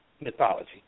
mythology